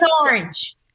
orange